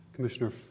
Commissioner